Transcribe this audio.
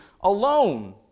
alone